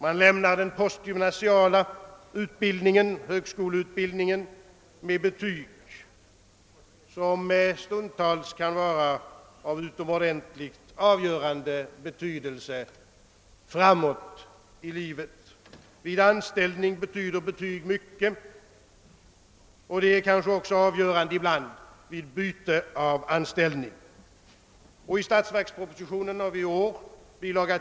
Man lämnar den postgymnasiala utbildningen, högskoleutbildningen, med betyg som stundtals kan vara av utomordentligt avgörande betydelse längre fram i livet. Vid anställning betyder betyg mycket, och de är kanske avgörande ibland även vid byte av anställning. I årets statsverksproposition, bil.